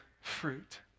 fruit